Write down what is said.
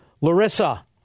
Larissa